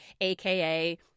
aka